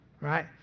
right